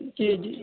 جی جی